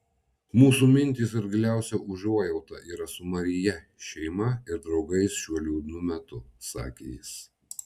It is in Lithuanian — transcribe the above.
mūsų mintys ir giliausia užuojauta yra su maryje šeima ir draugais šiuo liūdnu metu sakė jis